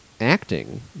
acting